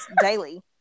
daily